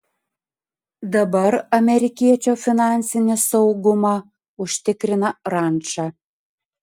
dabar amerikiečio finansinį saugumą užtikrina ranča